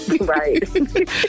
right